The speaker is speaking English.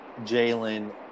Jalen